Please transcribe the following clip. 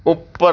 ਉੱਪਰ